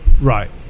right